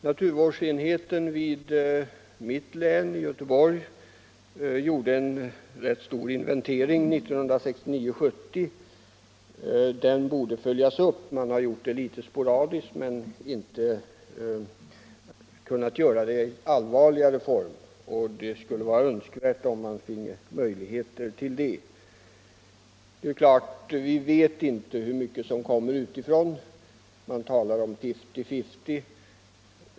Naturvårdsenheten i mitt län, Göteborgs och Bohus län, gjorde en rätt stor inventering 1969-1970. Denna borde följas upp. Man har gjort det litet sporadiskt, men inte kunnat göra det ordentligt. Det skulle vara 39 önskvärt att få möjligheter till detta. Vi vet inte hur mycket som kommer utifrån — från övriga Europa. Det talas om fifty-fifty.